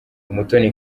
umutoni